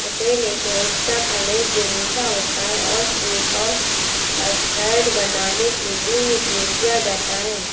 कटहल एक ऐसा फल है, जो मीठा होता है और केक और कस्टर्ड बनाने के लिए उपयोग किया जाता है